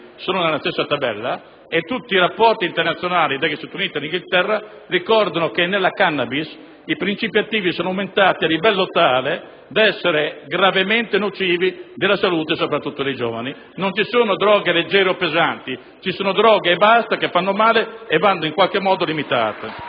sono nella stessa tabella e che tutti i rapporti internazionali, dagli Stati Uniti all'Inghilterra, ricordano che nella *cannabis* i princìpi attivi sono aumentati ad un livello tale da essere gravemente nocivi della salute soprattutto dei giovani. Non ci sono droghe leggere o pesanti: ci sono droghe e basta, che fanno male e vanno in qualche modo